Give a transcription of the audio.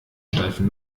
steifen